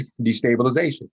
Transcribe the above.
destabilization